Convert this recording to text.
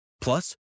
Plus